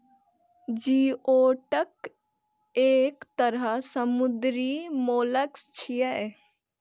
geoduck एक तरह समुद्री मोलस्क छियै